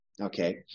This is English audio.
Okay